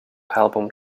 album